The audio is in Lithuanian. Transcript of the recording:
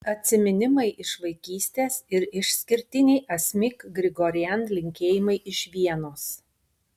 atsiminimai iš vaikystės ir išskirtiniai asmik grigorian linkėjimai iš vienos